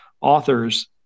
authors